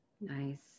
Nice